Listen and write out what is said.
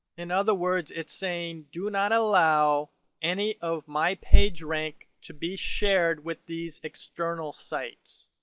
in other words, it's saying do not allow any of my pagerank to be shared with these external sites.